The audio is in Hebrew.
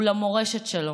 ולמורשת שלו,